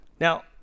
Now